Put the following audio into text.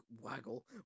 waggle